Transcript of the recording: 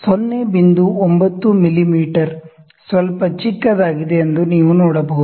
9 ಮಿಮೀ ಸ್ವಲ್ಪ ಚಿಕ್ಕದಾಗಿದೆ ಎಂದು ನೀವು ನೋಡಬಹುದು